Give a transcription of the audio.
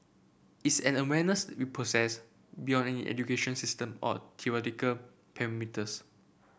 it's an awareness we possess beyond any education system or theoretical perimeters